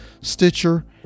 Stitcher